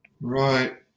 Right